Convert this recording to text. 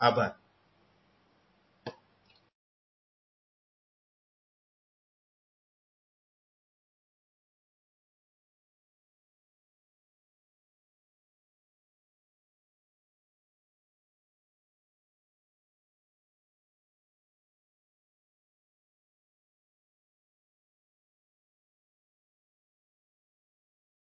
આભાર